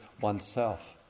oneself